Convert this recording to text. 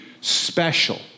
special